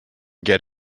get